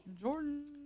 Jordan